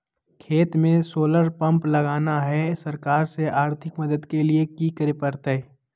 खेत में solar pump लगाना है, सरकार से आर्थिक मदद के लिए की करे परतय?